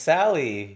Sally